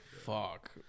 Fuck